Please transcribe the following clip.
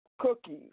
cookies